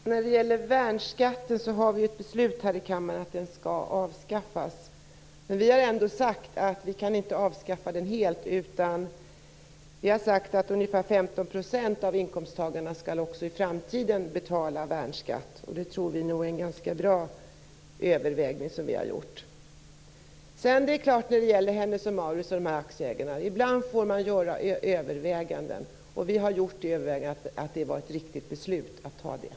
Herr talman! När det gäller värnskatten har vi fattat ett beslut här i kammaren om att den skall avskaffas. Vi har ändå sagt att vi inte kan avskaffa den helt. Ungefär 15 % av inkomsttagarna skall också i framtiden betala värnskatt. Det tror vi är en ganska bra övervägning som vi har gjort. Jag övergår nu till att tala om Hennes & Mauritz och aktieägarna. Ibland får man göra överväganden, och vi har gjort övervägandet att detta var ett riktigt beslut att fatta.